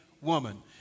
woman